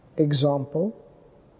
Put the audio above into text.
example